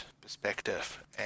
perspective